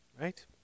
right